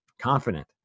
confident